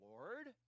Lord